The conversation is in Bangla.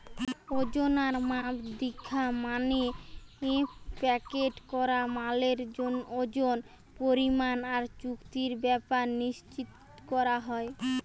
ওজন আর মাপ দিখা মানে প্যাকেট করা মালের ওজন, পরিমাণ আর চুক্তির ব্যাপার নিশ্চিত কোরা